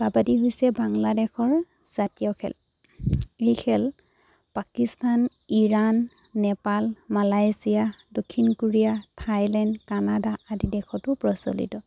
কাবাডী হৈছে বাংলাদেশৰ জাতীয় খেল এই খেল পাকিস্তান ইৰাণ নেপাল মালয়েছিয়া দক্ষিণ কোৰিয়া থাইলেণ্ড কানাডা আদি দেশতো প্ৰচলিত